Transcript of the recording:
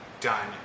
done